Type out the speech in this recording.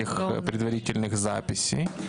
בשעות צהריים בלי כל הירשמות מוקדמת.